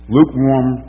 Lukewarm